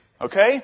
Okay